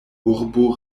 urbo